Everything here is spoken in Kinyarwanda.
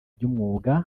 by’umwuga